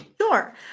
Sure